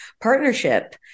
partnership